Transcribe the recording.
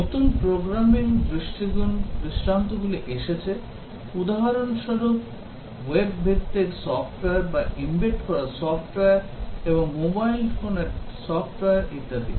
নতুন প্রোগ্রামিং দৃষ্টান্তগুলি এসেছে উদাহরণস্বরূপ ওয়েব ভিত্তিক সফ্টওয়্যার বা এম্বেড করা সফ্টওয়্যার এবং মোবাইল ফোনের সফ্টওয়্যার ইত্যাদি